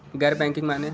गैर बैंकिंग माने?